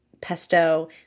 pesto